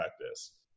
practice